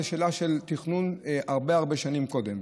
זה שאלה של תכנון הרבה הרבה שנים קודם.